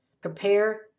prepare